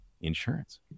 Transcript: insurance